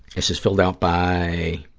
this is filled out by